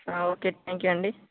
okay thank you అండి